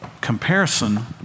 Comparison